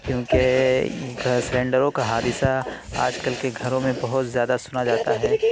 کیوں کہ یہ سلینڈروں کا حادثہ آج کل کے گھروں میں بہت زیادہ سنا جاتا ہے